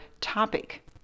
topic